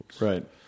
Right